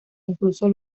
incluso